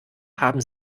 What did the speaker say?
haben